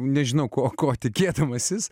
nežinau ko ko tikėdamasis